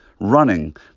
running